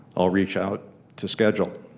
i will reach out to schedule.